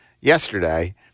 yesterday